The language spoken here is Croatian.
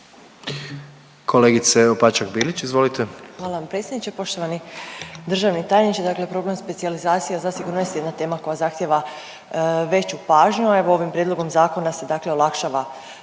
Bilić, Marina (Nezavisni)** Hvala vam predsjedniče. Poštovani državni tajniče. Dakle, problem specijalizacije zasigurno jest jedna tema koja zahtijeva veću pažnju, a evo ovim prijedlogom zakona se olakšava